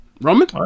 Roman